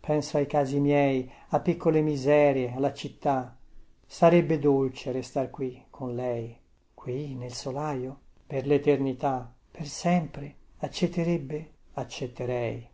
penso ai casi miei a piccole miserie alla città sarebbe dolce restar qui con lei qui nel solaio per leternità per sempre accetterebbe accetterei